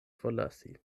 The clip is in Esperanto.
forlasi